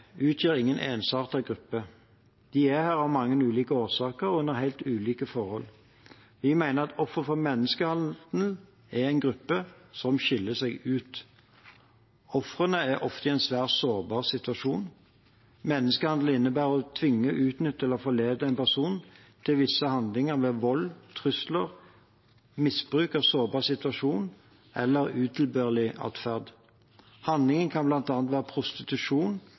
utgjør ingen ensartet gruppe. De er her av mange ulike årsaker og under helt ulike forhold. Vi mener at ofre for menneskehandel er en gruppe som skiller seg ut. Ofrene er ofte i en svært sårbar situasjon. Menneskehandel innebærer å tvinge, utnytte eller forlede en person til visse handlinger ved vold, trusler, misbruk av sårbar situasjon eller utilbørlig atferd. Handlingene kan bl.a. være prostitusjon